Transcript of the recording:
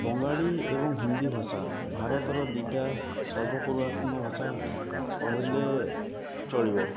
ବଙ୍ଗାଳୀ ଏବଂ ହିନ୍ଦୀ ଭାଷା ଭାରତର ଦିଟା ସର୍ବପୁରାତନ ଭାଷା କହିଲେ ଚଳିବ